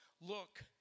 look